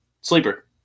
Sleeper